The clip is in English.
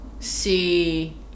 see